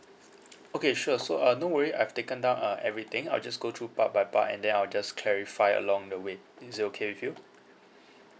okay sure so uh no worry I've taken down uh everything I'll just go through part by part and then I'll just clarify along the way is it okay with you